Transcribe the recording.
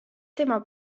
tema